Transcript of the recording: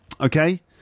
Okay